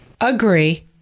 Agree